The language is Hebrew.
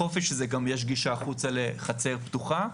חופש גם יש גישה החוצה לחצר פתוחה.